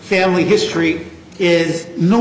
family history is no